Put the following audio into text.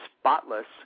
spotless